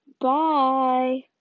Bye